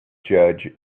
judge